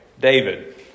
David